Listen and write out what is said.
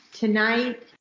Tonight